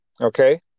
okay